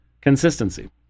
consistency